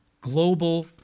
global